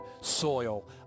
soil